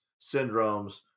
syndromes